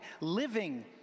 Living